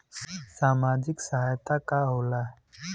सामाजिक सहायता होला का?